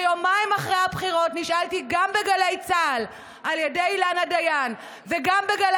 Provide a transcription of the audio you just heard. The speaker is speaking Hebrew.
ויומיים אחרי הבחירות נשאלתי גם בגלי צה"ל על ידי אילנה דיין וגם בגלי